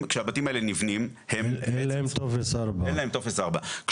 אין להם טופס 4. עכשיו,